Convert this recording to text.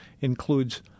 includes